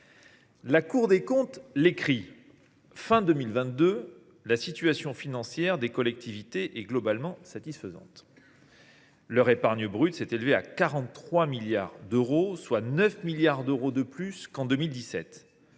La Cour des comptes l’a écrit : à la fin de 2022, la situation financière des collectivités était globalement satisfaisante ; leur épargne brute s’élevait à 43 milliards d’euros, soit 9 milliards d’euros de plus qu’en 2017.